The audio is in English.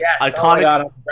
iconic